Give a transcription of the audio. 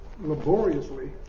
laboriously